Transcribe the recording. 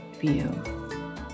view